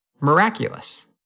miraculous